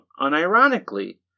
unironically